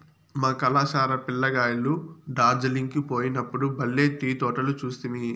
మా కళాశాల పిల్ల కాయలు డార్జిలింగ్ కు పోయినప్పుడు బల్లే టీ తోటలు చూస్తిమి